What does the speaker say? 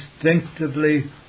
instinctively